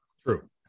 True